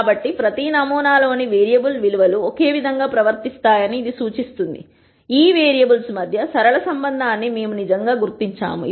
కాబట్టి ప్రతి నమూనా లోని వేరియబుల్ విలువ లు ఒకే విధంగా ప్రవర్తిస్తాయని ఇది సూచిస్తుంది ఈ వేరియబుల్స్ మధ్య సరళ సంబంధాన్ని మేము నిజంగా గుర్తించాము